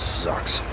sucks